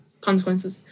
consequences